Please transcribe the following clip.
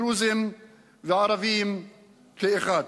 דרוזיים וערביים כאחד.